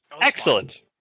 Excellent